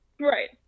Right